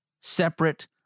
separate